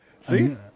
see